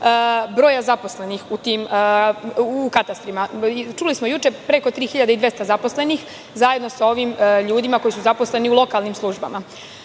broja zaposlenih u katastrima. Čuli smo juče preko 3.200 zaposlenih, zajedno sa ovim ljudima koji su zaposleni u lokalnim službama.